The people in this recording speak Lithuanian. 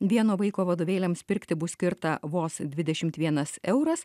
vieno vaiko vadovėliams pirkti bus skirta vos dvidešimt vienas euras